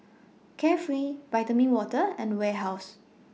Carefree Vitamin Water and Warehouse